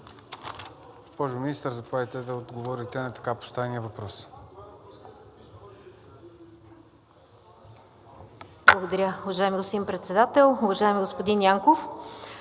Господин министър, заповядайте да отговорите на така поставения въпрос.